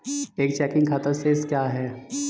एक चेकिंग खाता शेष क्या है?